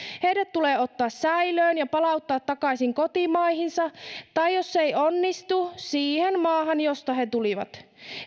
heidät tulee ottaa säilöön ja palauttaa takaisin kotimaihinsa tai jos se ei onnistu siihen maahan josta he tulivat